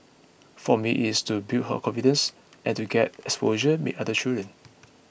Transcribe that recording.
for me it is to build her confidence and to get exposure meet other children